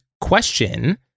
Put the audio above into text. question